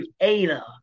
creator